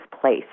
place